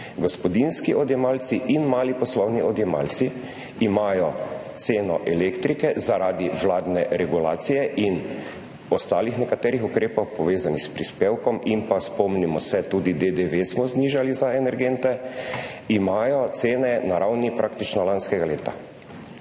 Gospodinjski odjemalci in mali poslovni odjemalci imajo ceno elektrike zaradi vladne regulacije in ostalih nekaterih ukrepov povezanih s prispevkom. In pa spomnimo se, tudi DDV smo znižali za energente, imajo cene na ravni praktično lanskega leta